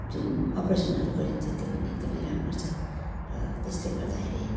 जुन अप्रेसनहरू गरिन्छ त्यो पनि एकदमै राम्रो छ र त्यसले गर्दाखेरि